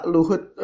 Luhut